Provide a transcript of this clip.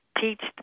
teach